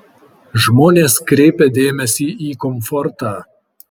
žmonės kreipia dėmesį į komfortą